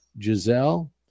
giselle